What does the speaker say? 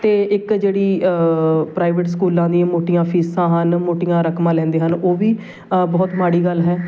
ਅਤੇ ਇੱਕ ਜਿਹੜੀ ਪ੍ਰਾਈਵੇਟ ਸਕੂਲਾਂ ਦੀ ਮੋਟੀਆਂ ਫੀਸਾਂ ਹਨ ਮੋਟੀਆਂ ਰਕਮਾਂ ਲੈਂਦੇ ਹਨ ਉਹ ਵੀ ਬਹੁਤ ਮਾੜੀ ਗੱਲ ਹੈ